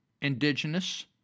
indigenous